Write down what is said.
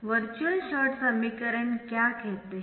virtual short समीकरण क्या कहते है